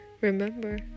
Remember